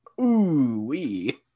Ooh-wee